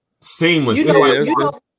seamless